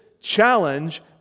challenge